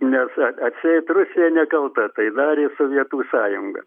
nes atseit rusija nekalta tai darė sovietų sąjunga